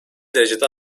derecede